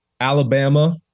Alabama